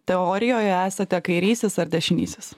teorijoje esate kairysis ar dešinysis